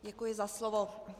Děkuji za slovo.